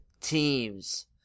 teams